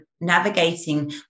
navigating